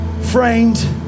framed